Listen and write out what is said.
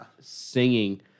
singing